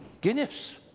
Guinness